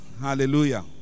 Hallelujah